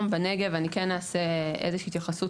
בנגב אני כן אעשה איזושהי התייחסות,